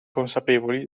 consapevoli